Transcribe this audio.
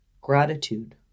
gratitude